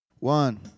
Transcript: One